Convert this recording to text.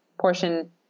portion